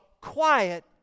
quiet